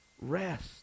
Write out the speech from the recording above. rest